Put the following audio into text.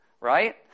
right